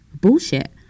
bullshit